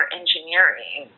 engineering